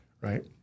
right